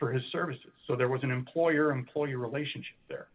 for his services so there was an employer employee relationship there